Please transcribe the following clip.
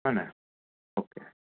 હ ને ઓકે